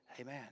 Amen